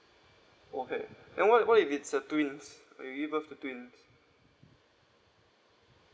okay then what what if it's a twins we give birth to twins